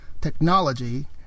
technology